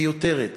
מיותרת: